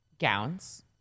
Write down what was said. gowns